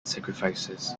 sacrifices